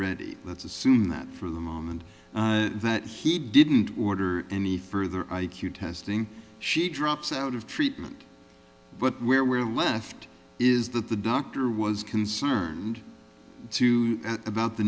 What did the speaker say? reddy let's assume that for the moment that he didn't order any further i q testing she drops out of treatment but where we're left is that the doctor was concerned too about the